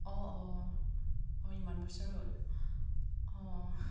অঁ অঁ অঁ ইমান বছৰ হ'ল অঁ